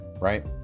Right